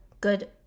good